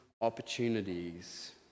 opportunities